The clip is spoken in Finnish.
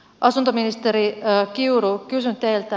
asuntoministeri kiuru kysyn teiltä